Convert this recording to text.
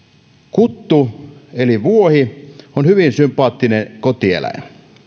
kuttu eli vuohi on hyvin sympaattinen kotieläin